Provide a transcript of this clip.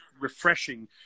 refreshing